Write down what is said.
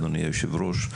אדוני היושב ראש,